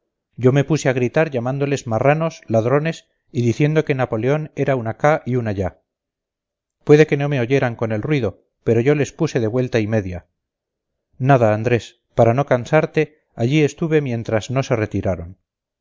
yo me puse a gritar llamándoles marranos ladrones y diciendo que napoleón era un acá y un allá puede que no me oyeran con el ruido pero yo les puse de vuelta y media nada andrés para no cansarte allí estuve mientras no se retiraron